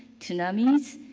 tsunamis.